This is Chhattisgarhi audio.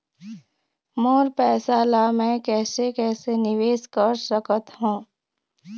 मोर पैसा ला मैं कैसे कैसे निवेश कर सकत हो?